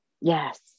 yes